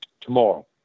tomorrow